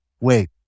wait